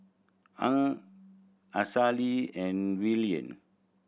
Hung Halsey and Verlyn